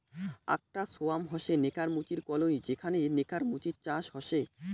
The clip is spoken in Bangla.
আকটা সোয়ার্ম হসে নেকার মুচির কলোনি যেখানে নেকার মুচির চাষ হসে